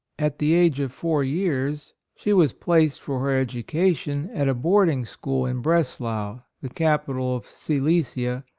at the age of four years, she was placed for her education at a board ing school, in breslau, the capital of silesia,